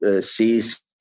sees